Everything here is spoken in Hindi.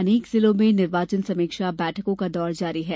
अनेक जिलों में निर्वाचन समीक्षा बैठकों का दौर जारी है